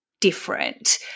different